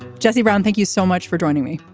jesse brown thank you so much for joining me.